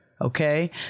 Okay